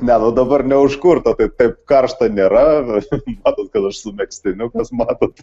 ne nu dabar neužkurta tai taip karšta nėra matot kad aš su megztiniu kas matot